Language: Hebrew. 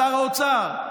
שר האוצר,